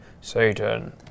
Satan